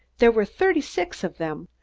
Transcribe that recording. there were thirty-six of them,